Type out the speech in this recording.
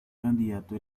candidato